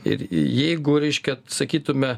ir jeigu reiškia tsakytume